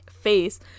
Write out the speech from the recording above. face